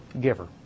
giver